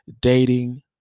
dating